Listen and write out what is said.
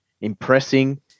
impressing